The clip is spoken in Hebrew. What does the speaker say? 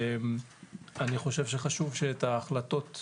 אני חושב שחשוב שאת ההחלטות,